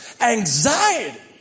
anxiety